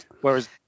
Whereas